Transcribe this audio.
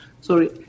Sorry